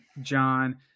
John